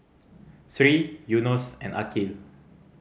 Sri Yunos and Aqil